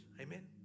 Amen